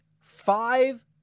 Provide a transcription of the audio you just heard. five